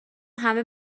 همه